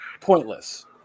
pointless